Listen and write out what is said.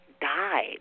died